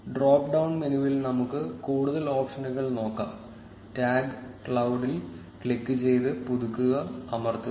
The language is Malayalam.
ഡ്രോപ്പ് ഡൌൺ മെനുവിൽ നമുക്ക് കൂടുതൽ ഓപ്ഷനുകൾ നോക്കാം ടാഗ് ക്ലൌഡിൽ ക്ലിക്ക് ചെയ്ത് പുതുക്കുക അമർത്തുക